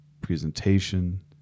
presentation